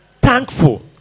Thankful